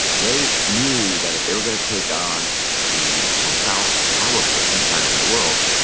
they knew that if they were going to take on the most powerful powerful empire in the world,